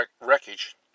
wreckage